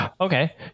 okay